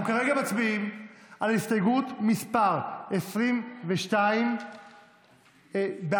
אנחנו כרגע מצביעים על הסתייגות מס' 22, בעמ'